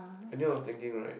anyone was thinking right